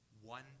One